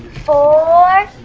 for